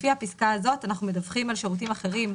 לפי הפסקה הזאת אנחנו מדווחים על שירותים אחרים,